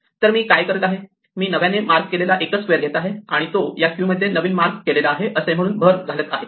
तर मी काय करत आहे मी नव्याने मार्क केलेला एकच स्क्वेअर घेत आहे आणि तो या क्यू मध्ये नवीन मार्क केलेला आहे असे म्हणून भर घालत आहे